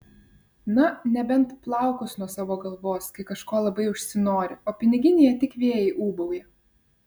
na nebent plaukus nuo savo galvos kai kažko labai užsinori o piniginėje tik vėjai ūbauja